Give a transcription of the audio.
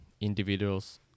individuals